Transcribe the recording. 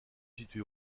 situé